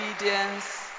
obedience